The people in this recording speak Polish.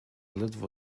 ledwo